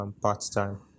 part-time